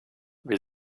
wir